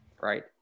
right